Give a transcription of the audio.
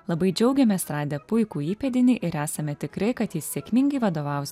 labai džiaugiamės radę puikų įpėdinį ir esame tikri kad jis sėkmingai vadovaus